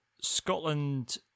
Scotland